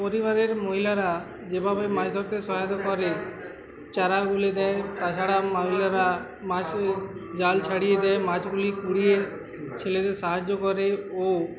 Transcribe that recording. পরিবারের মহিলারা যেভাবে মাছ ধরতে সহায়তা করে চারা গুলে দেয় তাছাড়া মহিলারা মাছ জাল ছাড়িয়ে দেয় মাছগুলি কুড়িয়ে ছেলেদের সাহায্য করে ও